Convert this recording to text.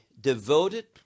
devoted